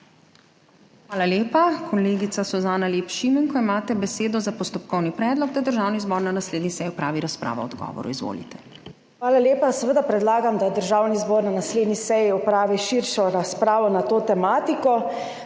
Hvala lepa. Kolegica Suzana Lep Šimenko, imate besedo za postopkovni predlog, da Državni zbor na naslednji seji opravi razpravo o odgovoru. Izvolite. **SUZANA LEP ŠIMENKO (PS SDS):** Hvala lepa. Seveda predlagam, da Državni zbor na naslednji seji opravi širšo razpravo na to tematiko.